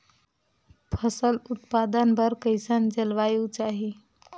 फसल उत्पादन बर कैसन जलवायु चाही?